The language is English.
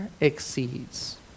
exceeds